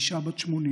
אישה בת 80,